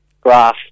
graph